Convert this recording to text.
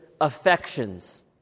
affections